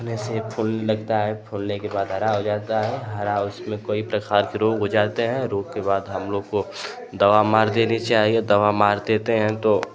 उसमें से फुल लगता है फुलने के बाद हरा हो जाता है हरा उसमें कोई प्रकार के रोग हो जाते हैं रोग के बाद हम लोग को दवा मार देनी चाहिए दवा मार देते हैं तो